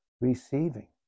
receiving